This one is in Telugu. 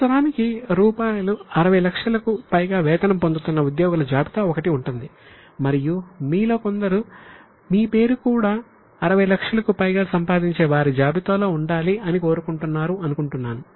సంవత్సరానికి రూపాయలు 60 లక్షలకు పైగా వేతనం పొందుతున్న ఉద్యోగుల జాబితా ఒకటి ఉంటుంది మరియు మీలో కొందరు మీ పేరు కూడా 60 లక్షలకు పైగా సంపాదించే వారి జాబితాలో ఉండాలి అని కోరుకుంటున్నారు అనుకుంటాను